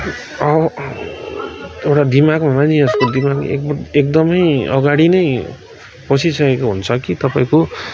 एउटा दिमागमै एकदमै अगाडि नै पसिसकेको हुन्छ कि तपाईँको